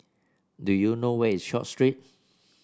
do you know where is Short Street